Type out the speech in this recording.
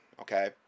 okay